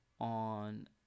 on